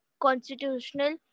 Constitutional